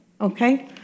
okay